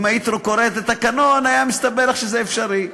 אם היית קוראת את התקנון היה מסתבר לך שזה אפשרי.